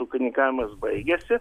ūkininkavimas baigiasi